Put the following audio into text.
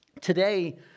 Today